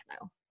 no